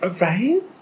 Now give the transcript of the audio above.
Right